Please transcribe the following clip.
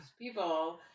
people